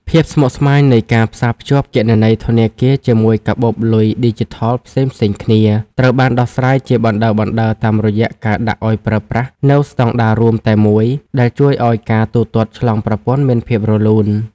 ភាពស្មុគស្មាញនៃការផ្សារភ្ជាប់គណនីធនាគារជាមួយកាបូបលុយឌីជីថលផ្សេងៗគ្នា ត្រូវបានដោះស្រាយជាបណ្ដើរៗតាមរយៈការដាក់ឱ្យប្រើប្រាស់នូវស្តង់ដាររួមតែមួយ ដែលជួយឱ្យការទូទាត់ឆ្លងប្រព័ន្ធមានភាពរលូន។